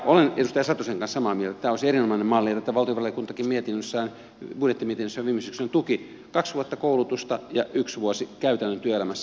olen edustaja satosen kanssa samaa mieltä että tämä olisi erinomainen malli ja tätä valtiovarainvaliokuntakin budjettimietinnössään viime syksynä tuki kaksi vuotta koulutusta ja yksi vuosi käytännön työelämässä